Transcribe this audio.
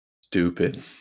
stupid